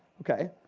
ok.